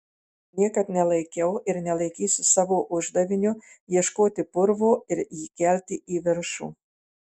niekad nelaikiau ir nelaikysiu savo uždaviniu ieškoti purvo ir jį kelti į viršų